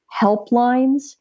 helplines